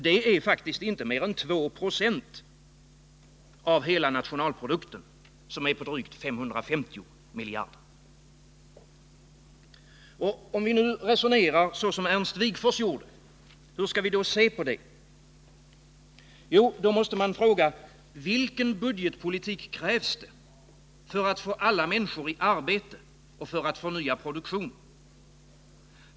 Det är faktiskt inte mer än 2 20 av hela nationalprodukten, som är på drygt 550 miljarder. Om vi nu resonerar så som Ernst Wigforss gjorde, hur skall vi då se på detta? Jo, då måste vi fråga: Vilken budgetpolitik krävs för att få alla människor i arbete och för att förnya produktionen?